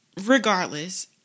regardless